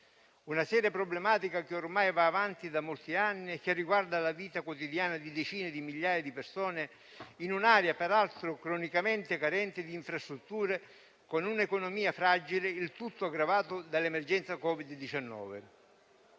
una seria problematica, che ormai va avanti da molti anni e che riguarda la vita quotidiana di decine di migliaia di persone, in un'area peraltro cronicamente carente di infrastrutture e con un'economia fragile; il tutto, aggravato dall'emergenza Covid-19.